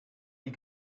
die